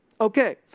Okay